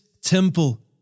temple